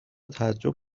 تعجب